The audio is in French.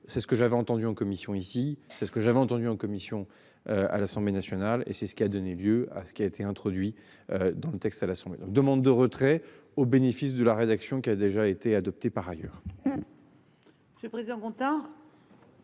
C'est ce que j'avais entendu en commission ici c'est ce que j'avais entendu en commission. À l'Assemblée nationale et c'est ce qui a donné lieu à ce qui a été introduit dans le texte à la demande de retrait au bénéfice de la rédaction qui a déjà été adopté par ailleurs.